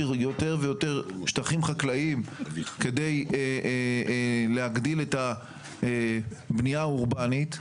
יותר ויותר שטחים חקלאיים כדי להגדיל את הבנייה האורבנית,